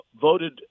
voted